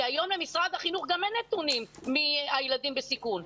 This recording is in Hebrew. כי היום למשרד החינוך גם אין נתונים מי הילדים בסיכון.